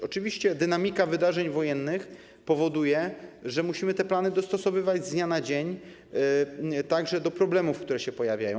Oczywiście dynamika wydarzeń wojennych powoduje, że musimy te plany dostosowywać z dnia na dzień, także do problemów, które się pojawiają.